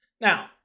Now